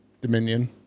Dominion